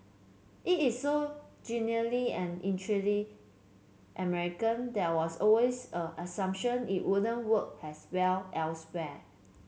it is so genuinely and American there was always an assumption it wouldn't work as well elsewhere